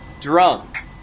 drunk